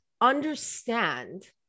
understand